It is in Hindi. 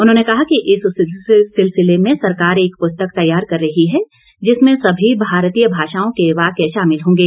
उन्होंने कहा कि इस सिलसिले में सरकार एक पुस्तक तैयार कर रही है जिसमें समी भारतीय भाषाओं के वाक्य शामिल होंगे